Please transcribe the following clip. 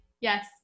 yes